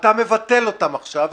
אתה מבטל אותם עכשיו,